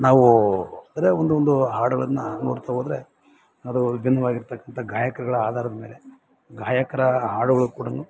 ನಾವು ಅದೆ ಒಂದೊಂದು ಹಾಡುಗಳನ್ನು ನೋಡ್ತಾ ಒ ಹೋದ್ರೆ ಅದು ವಿಭಿನ್ನವಾಗಿರ್ತಕ್ಕಂಥ ಗಾಯಕ್ರಗಳ ಆಧಾರದ್ಮೇಲೆ ಗಾಯಕರ ಹಾಡುಗಳು ಕೂಡನು